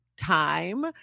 time